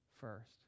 first